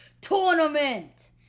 Tournament